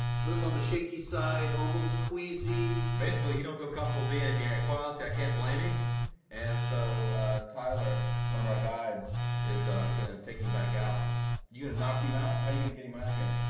little on the shaky side almost queasy basically he don't feel comfortable being here at quality. i can't blame him and so tyler one of our guides is gonna take him back out you're gonna knock him out how you gonna get him out of here?